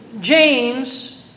James